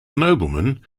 noblemen